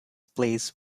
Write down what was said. place